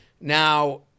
now